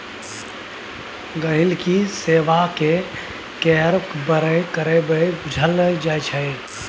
गांहिकी सेबा केँ इमेल कए सेहो करजा केर बारे मे बुझल जा सकैए